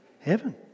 Heaven